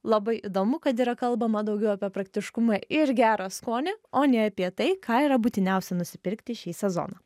labai įdomu kad yra kalbama daugiau apie praktiškumą ir gerą skonį o ne apie tai ką yra būtiniausia nusipirkti šį sezoną